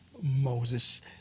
Moses